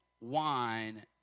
wine